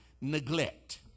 neglect